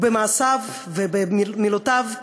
במעשיו ובמילותיו,